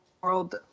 world